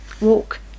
Walk